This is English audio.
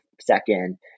second